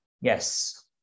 yes